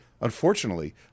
Unfortunately